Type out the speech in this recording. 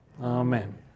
Amen